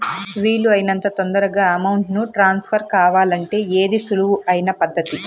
వీలు అయినంత తొందరగా అమౌంట్ ను ట్రాన్స్ఫర్ కావాలంటే ఏది సులువు అయిన పద్దతి